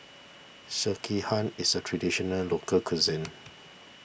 Sekihan is a Traditional Local Cuisine